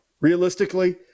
Realistically